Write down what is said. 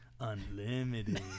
unlimited